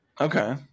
Okay